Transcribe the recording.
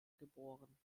geboren